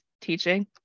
teaching